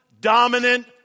dominant